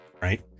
Right